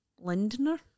lindner